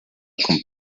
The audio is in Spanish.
con